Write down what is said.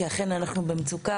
כי אכן אנחנו במצוקה.